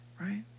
right